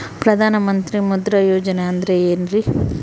ಪ್ರಧಾನ ಮಂತ್ರಿ ಮುದ್ರಾ ಯೋಜನೆ ಅಂದ್ರೆ ಏನ್ರಿ?